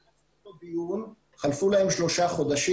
מאז הדיון חלפו להם שלושה חודשים,